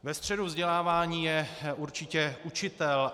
Ve středu vzdělávání je určitě učitel.